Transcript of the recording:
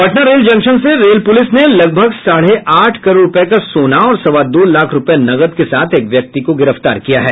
Patna rail junction से rail police ने लगभग साढ़े आठ करोड़ रुपए का सोना और सवा दो लाख रूपये नकद के साथ एक व्यक्ति को गिरफ्तार किया है